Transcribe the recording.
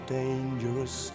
dangerous